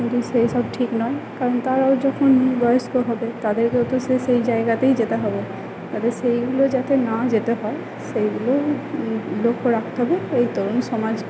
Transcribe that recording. কিন্তু সেই সব ঠিক নয় কারণ তারাও যখন বয়স্ক হবে তাদেরকেও তো সেই সেই জায়গাতেই যেতে হবে তবে সেইগুলো যাতে না যেতে হয় সেইগুলো লক্ষ্য রাখতে হবে এই তরুণ সমাজকে